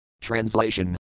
Translation